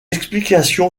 explication